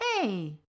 Hey